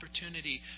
opportunity